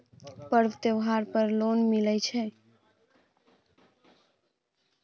पर्व त्योहार पर लोन मिले छै?